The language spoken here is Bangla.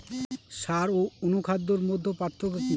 সার ও অনুখাদ্যের মধ্যে পার্থক্য কি?